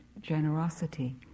generosity